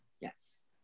Yes